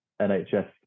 NHS